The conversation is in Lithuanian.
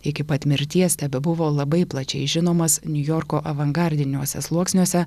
iki pat mirties tebebuvo labai plačiai žinomas niujorko avangardiniuose sluoksniuose